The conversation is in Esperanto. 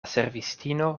servistino